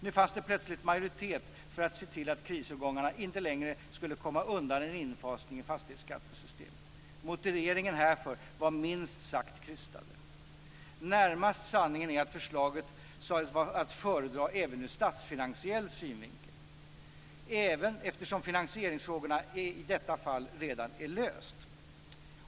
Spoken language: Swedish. Nu fanns det plötsligt majoritet för att se till att krisårgångarna inte längre skulle komma undan en infasning i fastighetsskattesystemet. Motiveringarna härför var minst sagt krystade. Närmast sanningen är att förslaget sades vara att föredra även ur statsfinansiell synvinkel eftersom finansieringsfrågorna i detta fall redan är lösta.